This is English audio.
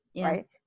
right